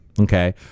Okay